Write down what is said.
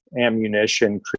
ammunition